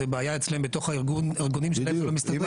זו בעיה אצלם בארגונים שלהם שלא מסתדרים --- בדיוק,